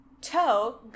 Toe